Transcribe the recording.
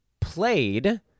played